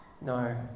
No